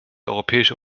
europäische